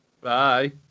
bye